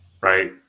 Right